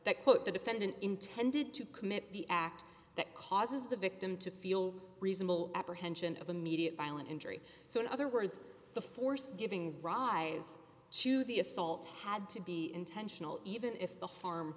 that quote the defendant intended to commit the act that causes the victim to feel reasonable apprehension of immediate violent injury so in other words the force giving rise to the assault had to be intentional even if the harm